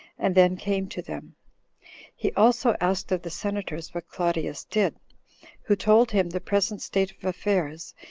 and then came to them he also asked of the senators what claudius did who told him the present state of affairs,